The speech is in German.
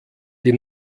die